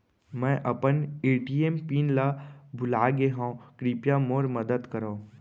मै अपन ATM PIN ला भूलागे हव, कृपया मोर मदद करव